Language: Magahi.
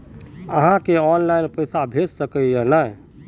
आहाँ के ऑनलाइन पैसा भेज सके है नय?